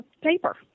paper